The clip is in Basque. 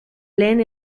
lehen